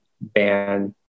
ban